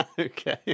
Okay